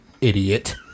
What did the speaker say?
Idiot